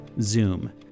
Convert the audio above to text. Zoom